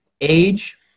age